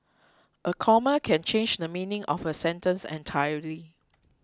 a comma can change the meaning of a sentence entirely